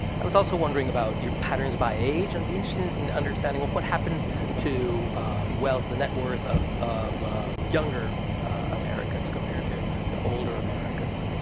i was also wondering about your patterns by age, and the incident in understanding what what happened to wealth and net worth of of younger americans, compared to to older americans?